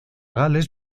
gales